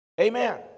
Amen